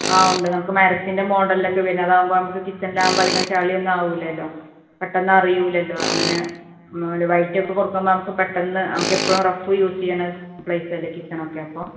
ആ ഉണ്ട് നമുക്ക് മരത്തിൻ്റെ മോഡലൊക്കെ പിന്നെ അതാകുമ്പോൾ നമുക്ക് കിച്ചനിലാകുമ്പോൾ അധികം ചെളിയൊന്നും ആകുകയില്ലല്ലോ പെട്ടെന്ന് അറിയുകയില്ലല്ലോ അങ്ങനെ വൈറ്റൊക്കെ കൊടുക്കുമ്പോൾ നമുക്ക് പെട്ടെന്ന് നമുക്ക് എപ്പഴും റഫ് യൂസ് ചെയ്യുന്ന് പ്ലേസ് അല്ലേ കിച്ചണൊക്കെ അപ്പോൾ